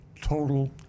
Total